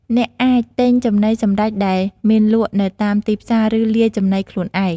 អ្នកអាចទិញចំណីសម្រេចដែលមានលក់នៅតាមទីផ្សារ ឬលាយចំណីខ្លួនឯង។